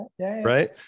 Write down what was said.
Right